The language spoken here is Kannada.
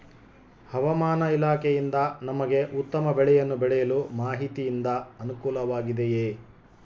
ಹವಮಾನ ಇಲಾಖೆಯಿಂದ ನಮಗೆ ಉತ್ತಮ ಬೆಳೆಯನ್ನು ಬೆಳೆಯಲು ಮಾಹಿತಿಯಿಂದ ಅನುಕೂಲವಾಗಿದೆಯೆ?